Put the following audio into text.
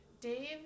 Dave